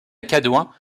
cadouin